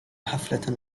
حفلة